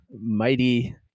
Mighty